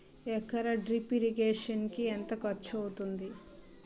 ఎకర drip irrigation కి ఎంత ఖర్చు అవుతుంది?